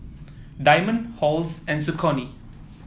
Diamond Halls and Saucony